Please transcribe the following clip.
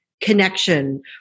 connection